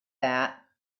that